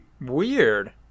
Weird